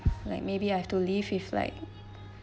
like maybe I have to live with like